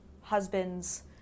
husbands